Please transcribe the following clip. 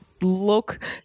look